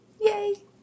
yay